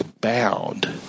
bound